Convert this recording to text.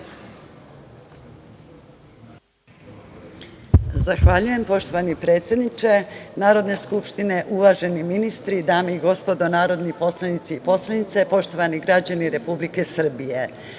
Zahvaljujem poštovani predsedniče. Uvaženi ministri, dame i gospodo narodni poslanici i poslanice, poštovani građani Republike Srbije,